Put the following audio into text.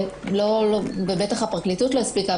בטח הפרקליטות לא הספיקה,